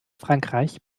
frankreich